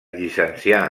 llicencià